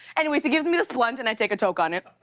anyways, he gives me the splunt and i take a toke on it.